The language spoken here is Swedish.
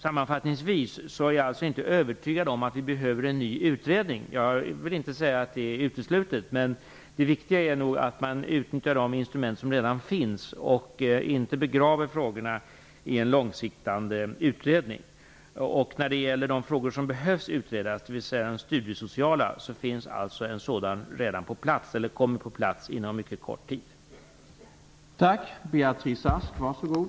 Sammanfattningsvis vill jag säga att jag inte är övertygad om att det behövs en ny utredning. Med det vill jag inte säga att det är uteslutet med en sådan, men det viktiga är nog att de instrument som redan finns utnyttjas och att vi inte begraver frågorna under lång tid i en utredning. För de studiesociala frågorna, som behöver utredas, finns redan en utredning på plats - eller kommer på plats inom mycket kort tid.